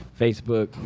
Facebook